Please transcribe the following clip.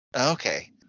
Okay